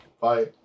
Bye